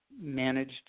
managed